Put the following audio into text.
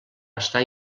estar